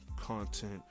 content